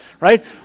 right